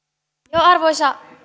arvoisa